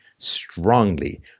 strongly